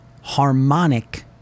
harmonic